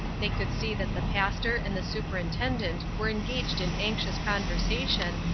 they could see that the pastor and the superintendent were engaged in anxious conversation,